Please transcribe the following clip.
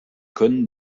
können